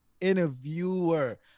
interviewer